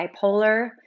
bipolar